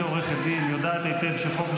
גברתי עורכת דין והיא יודעת היטב שחופש